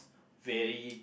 very